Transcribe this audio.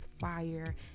fire